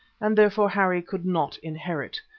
and therefore harry could not inherit.